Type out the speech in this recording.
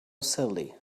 silly